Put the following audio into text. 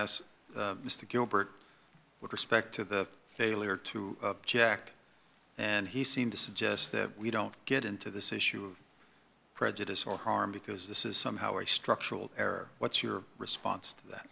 asked mr gilbert with respect to the failure to object and he seemed to suggest that we don't get into this issue of prejudice or harm because this is somehow a structural error what's your response